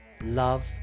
Love